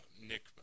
Nick